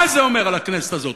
מה זה אומר על הכנסת הזאת?